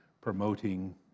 promoting